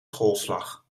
schoolslag